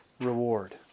reward